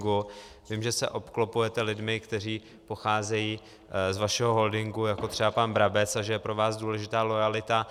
Vím, že se obklopujete lidmi, kteří pocházejí z vašeho holdingu, jako třeba pan Brabec, a že je pro vás důležitá loajalita.